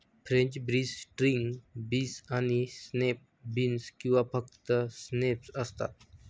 French beans, string beans आणि snap beans किंवा फक्त स्नॅप्स असतात